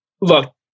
Look